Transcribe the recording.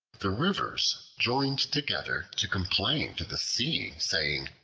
the rivers joined together to complain to the sea, saying,